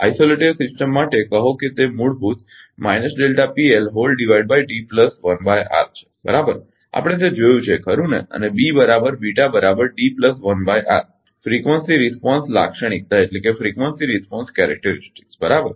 અલગ સિસ્ટમ માટે કહો તે મૂળભૂત છે બરાબર આપણે તે જોયું છે ખરુ ને અને ફ્રીક્વન્સી રિસ્પોન્સ લાક્ષણિકતા બરાબર